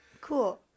Cool